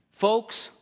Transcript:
Folks